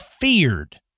feared